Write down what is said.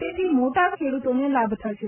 તેથી મોટા ખેડૂતોને લાભ મળશે